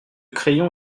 crayon